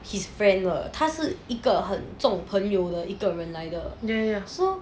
his friend 了他是一个很重朋友了一个人来的 so